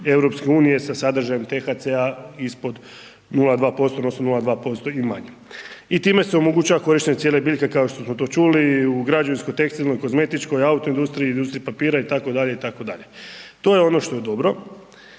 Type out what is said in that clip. listi EU sa sadržajem thc-a ispod 0,2% odnosno 0,2% i manje. I time se omogućava korištenje cijele biljke kao što smo to čuli u građevinskoj, tekstilnoj, kozmetičkoj, autoindustriji, industriji papira itd., itd. To je ono što je dobro,